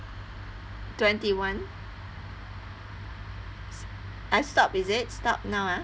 twenty one I stop is it stop now ah